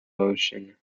ocean